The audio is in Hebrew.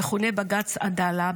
המכונה בג"ץ עדאלה,